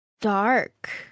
Dark